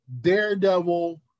Daredevil